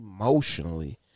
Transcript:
emotionally